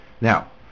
Now